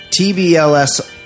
TBLS